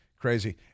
crazy